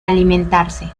alimentarse